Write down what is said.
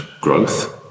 growth